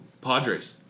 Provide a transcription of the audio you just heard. Padres